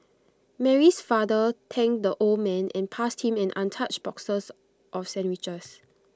Mary's father thanked the old man and passed him an untouched boxes of sandwiches